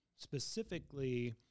specifically